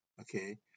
okay